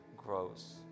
grows